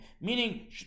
meaning